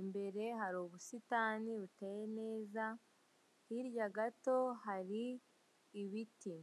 imbere hari ubusitani buteye neza, hirya gato hari ibiti.